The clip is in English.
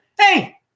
Hey